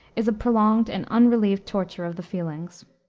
is a prolonged and unrelieved torture of the feelings.